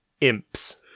Imps